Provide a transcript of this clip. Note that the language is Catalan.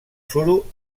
suro